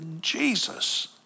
Jesus